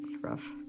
rough